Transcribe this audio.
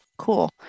Cool